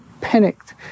panicked